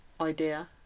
idea